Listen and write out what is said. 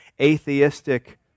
atheistic